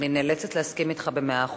אני נאלצת להסכים אתך במאה אחוזים.